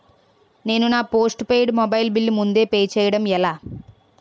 నేను నా postpaid mobile bill ముందే పే చేయడం ఎలా?